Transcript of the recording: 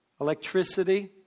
electricity